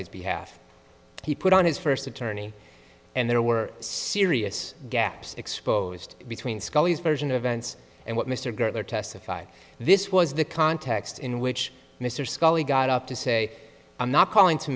his behalf he put on his first attorney and there were serious gaps exposed between scully's version of events and what mr gertler testified this was the context in which mr scully got up to say i'm not calling to